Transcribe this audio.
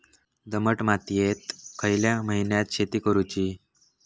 दमट मातयेत खयल्या महिन्यात शेती करुची?